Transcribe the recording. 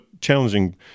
challenging